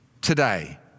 today